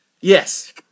Yes